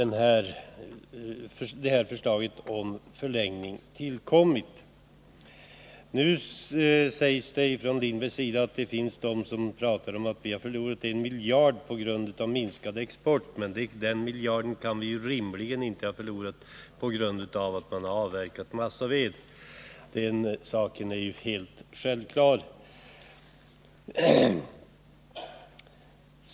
Nu säger Sven Lindberg att det finns de som pratar om att vi har förlorat 1 miljard på grund av minskad export, men den miljarden kan vi rimligen inte ha förlorat på grund av att man avverkat massaved. Den saken är helt självklar.